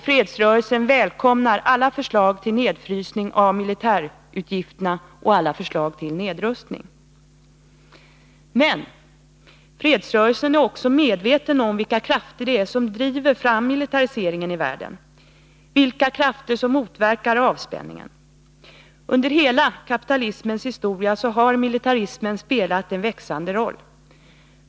Fredsrörelsen välkomnar alla förslag till nedfrysning av militärutgifterna och alla förslag till nedrustning. Men fredsrörelsen är också medveten om vilka krafter det är som driver fram militariseringen i världen, vilka krafter som motverkar avspänningen. Under hela kapitalismens historia har militarismen spelat en växande roll.